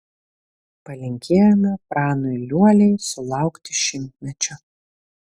palinkėjome pranui liuoliai sulaukti šimtmečio